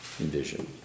envision